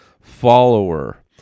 follower